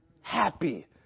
happy